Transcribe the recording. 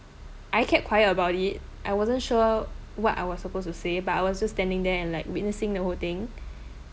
I kept quiet about it I wasn't sure what I was supposed to say but I was just standing there and like witnessing the whole thing